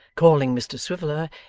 calling mr swiveller,